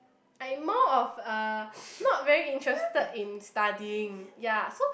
I'm more of uh not very interested in studying yea so